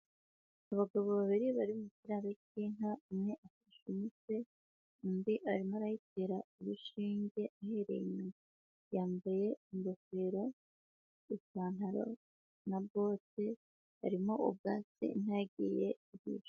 Abagabo babiri bari mu gitaro cy'inka, umwe afashe umutwe undi arimo arayitera urushinge ahereye inyuma, yambaye ingofero, ipantaro na bote, harimo ubwatsi inka yagiye irisha.